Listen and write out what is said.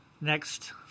next